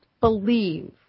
believe